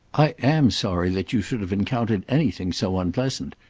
i am sorry that you should have encountered anything so unpleasant,